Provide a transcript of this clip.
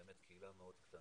באמת קהילה מאוד קטנה,